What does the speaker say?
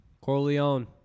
Corleone